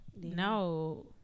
No